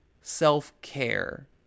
self-care